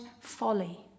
folly